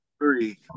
three